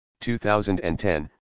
2010